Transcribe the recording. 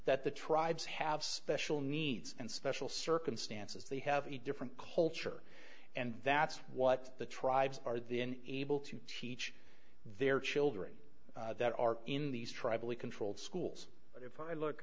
that the tribes have special needs and special circumstances they have a different culture and that's what the tribes are the in able to teach their children that are in these tribally controlled schools but if i look